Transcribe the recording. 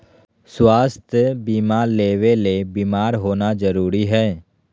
स्वास्थ्य बीमा लेबे ले बीमार होना जरूरी हय?